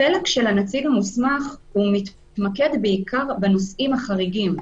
החלק של הנציג המוסמך מתמקד בעיקר בנושאים החריגים,